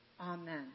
amen